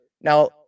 Now